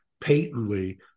patently